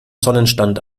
sonnenstand